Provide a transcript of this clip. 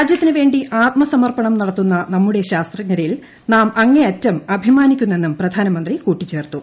രാജ്യത്തിന് വേണ്ടി ആത്മസമർപ്പണം നടത്തുന്ന നമ്മുടെ ശാസ്ത്രജ്ഞരിൽ നാം അങ്ങേയറ്റം അഭിമാനിക്കുന്നെന്നും പ്രധാനമന്ത്രി കൂട്ടിച്ചേർത്തു